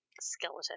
skeleton